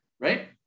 right